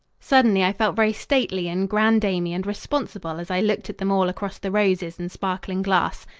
suddenly i felt very stately and granddamey and responsible as i looked at them all across the roses and sparkling glass.